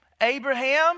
Abraham